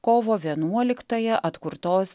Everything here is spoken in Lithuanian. kovo vienuoliktąją atkurtos